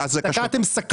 תקעתם סכין ללימודי הליבה.